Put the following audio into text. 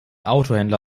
autohändler